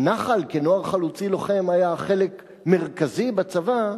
הנח"ל, כנוער חלוצי לוחם, היה חלק מרכזי בצבא,